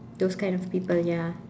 those kind of people ya